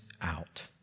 out